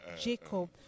Jacob